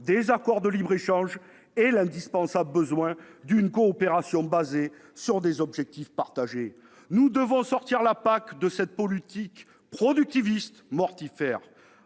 des accords de libre-échange et l'indispensable besoin d'une coopération fondée sur des objectifs partagés. Nous devons sortir la PAC de cette politique productiviste mortifère.